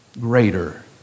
greater